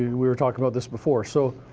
we were talking about this before, so